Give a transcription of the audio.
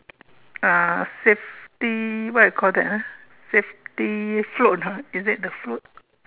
uh fifty what you call that ah fifty fruit or not is it the fruit